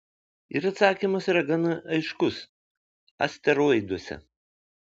ir atsakymas yra gana aiškus asteroiduose